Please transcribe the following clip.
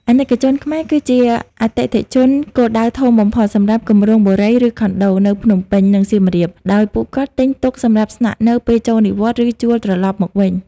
អាណិកជនខ្មែរគឺជាអតិថិជនគោលដៅធំបំផុតសម្រាប់ "គម្រោងបុរី និងខុនដូ" នៅភ្នំពេញ និងសៀមរាប ដោយពួកគាត់ទិញទុកសម្រាប់ស្នាក់នៅពេលចូលនិវត្តន៍ ឬជួលត្រឡប់មកវិញ។